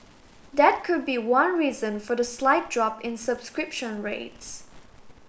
that could be one reason for the slight drop in subscription rates